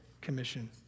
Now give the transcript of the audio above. Commission